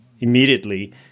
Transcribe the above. immediately